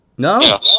No